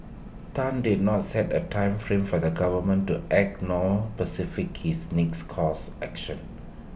Tan did not set A time frame for the government to act nor specified his next course action